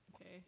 Okay